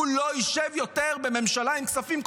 הוא לא ישב יותר בממשלה עם כספים קואליציוניים.